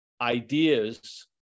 ideas